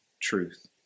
truth